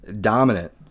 dominant